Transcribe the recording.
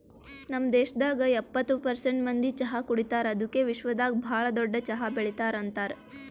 ನಮ್ ದೇಶದಾಗ್ ಎಪ್ಪತ್ತು ಪರ್ಸೆಂಟ್ ಮಂದಿ ಚಹಾ ಕುಡಿತಾರ್ ಅದುಕೆ ವಿಶ್ವದಾಗ್ ಭಾಳ ದೊಡ್ಡ ಚಹಾ ಬೆಳಿತಾರ್ ಅಂತರ್